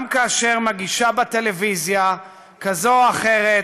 גם כאשר מגישה בטלוויזיה כזאת או אחרת